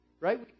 Right